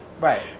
Right